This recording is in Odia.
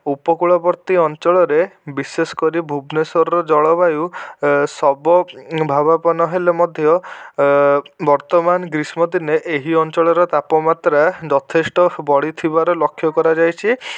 ଉପକୂଳବର୍ତ୍ତୀ ଅଞ୍ଚଳରେ ବିଶେଷ କରି ଭୁବନେଶ୍ୱରର ଜଳବାୟୁ ଶବ ଭାବାପନ୍ନ ହେଲେ ମଧ୍ୟ ବର୍ତ୍ତମାନ ଗ୍ରୀଷ୍ମଦିନେ ଏହି ଅଞ୍ଚଳର ତାପମାତ୍ରା ଯଥେଷ୍ଟ ବଢ଼ିଥିବାର ଲକ୍ଷ୍ୟ କରାଯାଇଛି